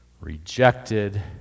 rejected